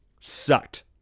sucked